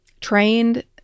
trained